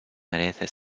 merece